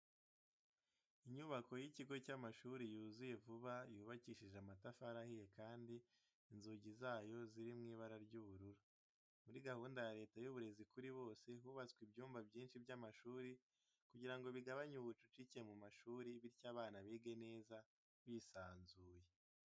Inyubako y'ikigo cy'amashuri yuzuye vuba yubakishije amatafari ahiye kandi inzugi zayo ziri mu ibara ry'ubururu. Muri gahunda ya leta y'uburezi kuri bose, hubatswe ibyumba byinshi by'amashuri kugira ngo bigabanye ubucucike mu mashuri bityo abana bige neza bisanzuye.